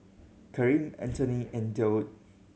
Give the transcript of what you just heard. Karim Antone and Durwood